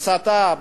הסתה.